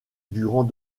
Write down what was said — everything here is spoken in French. durant